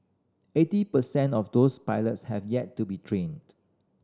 eighty per cent of those pilots have yet to be trained